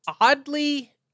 oddly